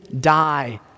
die